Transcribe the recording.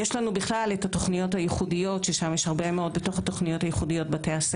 גם במכללות של קורסי קיץ לדוגמה כאלה.